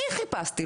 אני חיפשתי,